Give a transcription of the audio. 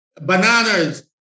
bananas